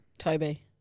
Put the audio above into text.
toby